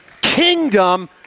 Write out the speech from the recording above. Kingdom